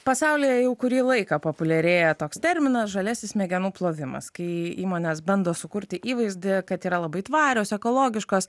pasaulyje jau kurį laiką populiarėja toks terminas žaliasis smegenų plovimas kai įmonės bando sukurti įvaizdį kad yra labai tvarios ekologiškos